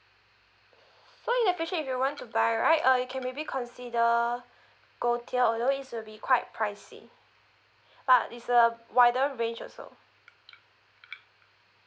so in the future if you want to buy right uh you can maybe consider gold tier although it will be quite pricey but it's a wider range also